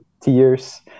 tears